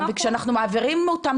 כשאנחנו מעבירים אותם